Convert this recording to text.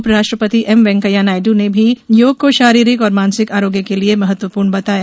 उपराष्ट्रपति एम वेंकैया नायड् ने योग को शारीरिक और मानसिक आरोग्य के लिये महत्वपूर्ण बताया